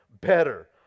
better